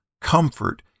comfort